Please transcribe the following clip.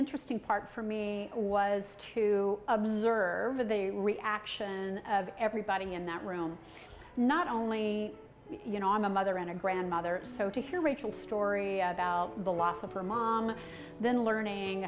interesting part for me was to observe the reaction of everybody in that room not only you know i'm a mother and a grandmother so to hear rachel story about the law for my then learning